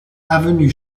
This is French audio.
avenue